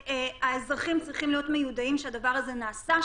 האזרחים צריכים להיות מיודעים שהדבר הזה נעשה,